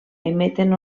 emeten